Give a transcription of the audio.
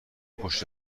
پشت